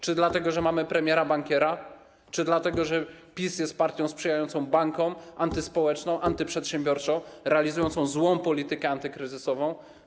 Czy dlatego że mamy premiera bankiera, czy dlatego że PiS jest partią sprzyjającą bankom, antyspołeczną, antyprzedsiębiorczą, realizującą złą politykę antykryzysową?